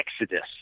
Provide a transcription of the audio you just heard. Exodus